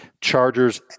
Chargers